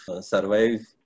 survive